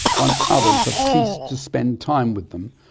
once others have ceased to spend time with them,